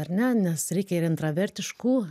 ar ne nes reikia ir intravertiškų